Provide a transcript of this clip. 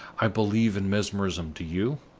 i believe in mesmerism do you?